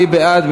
מי בעד?